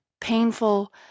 painful